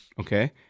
Okay